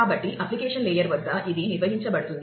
కాబట్టి application layer వద్ద ఇది నిర్వహించబడుతుంది